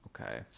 okay